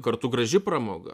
kartu graži pramoga